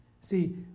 See